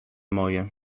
moje